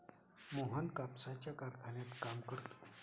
मोहन कापसाच्या कारखान्यात काम करतो